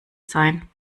sein